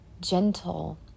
gentle